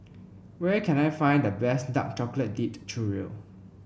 where can I find the best Dark Chocolate Dipped Churro